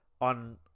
on